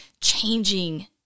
changing